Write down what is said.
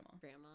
grandma